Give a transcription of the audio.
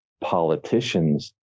politicians